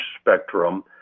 spectrum